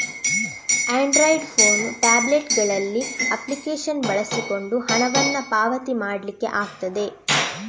Android phone, tablet ಗಳಲ್ಲಿ application ಬಳಸಿಕೊಂಡು ಹಣವನ್ನ ಪಾವತಿ ಮಾಡ್ಲಿಕ್ಕೆ ಆಗ್ತದೆ